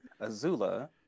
Azula